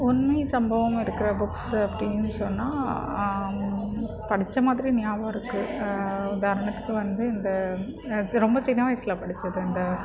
உண்மை சம்பவமாக இருக்கிற புக்ஸு அப்படினு சொன்னால் படித்த மாதிரி ஞாபகம் இருக்குது இந்த வந்து இந்த இது ரொம்ப சின்ன வயசில் படிச்சது இந்த